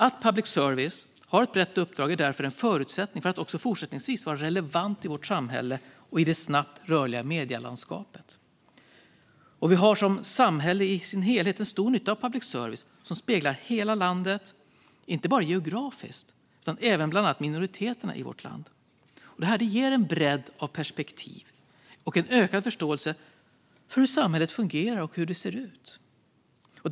Att public service har ett brett uppdrag är därför en förutsättning för att också fortsättningsvis vara relevant i vårt samhälle och i det snabbt rörliga medielandskapet. Vi har som ett samhälle i sin helhet en stor nytta av en public service som speglar hela landet, inte bara geografiskt utan även bland annat minoriteter i vårt land. Det ger en bredd av perspektiv och en ökad förståelse för hur samhället fungerar och ser ut.